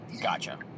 Gotcha